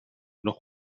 noch